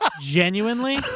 genuinely